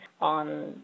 on